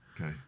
Okay